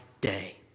day